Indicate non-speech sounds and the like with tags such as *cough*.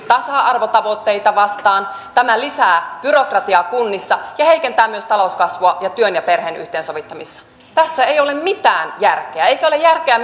tasa arvotavoitteita vastaan tämä lisää byrokratiaa kunnissa ja heikentää myös talouskasvua ja työn ja perheen yhteensovittamista tässä ei ole mitään järkeä eikä ole järkeä *unintelligible*